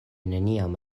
neniam